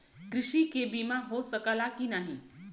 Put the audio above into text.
कृषि के बिमा हो सकला की ना?